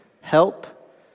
help